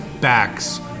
backs